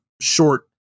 short